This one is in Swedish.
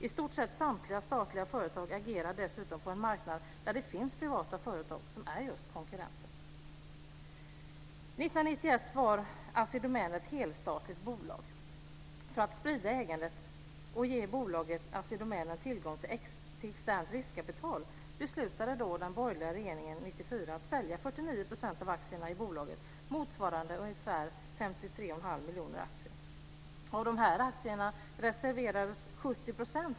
I stort sett samtliga statliga företag agerar dessutom på en marknad där det finns privata företag som är just konkurrenter. År 1991 var Assi Domän ett helstatligt bolag. För att sprida ägandet och ge bolaget Assi Domän tillgång till externt riskkapital beslutade den borgerliga regeringen 1994 att sälja 49 % av aktierna i bolaget, motsvarande ungefär 53 1⁄2 miljoner aktier.